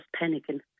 panicking